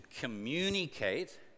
communicate